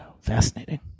fascinating